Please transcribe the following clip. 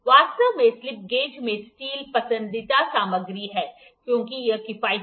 वास्तव में slip gauge में स्टील पसंदीदा सामग्री है क्योंकि यह किफायती है